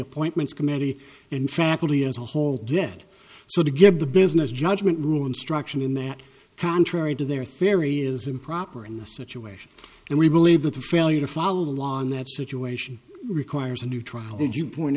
appointments committee and faculty as a whole did so to give the business judgment rule instruction in that contrary to their theory is improper in this situation and we believe that the failure to follow the law in that situation requires a new trial that you point